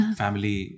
family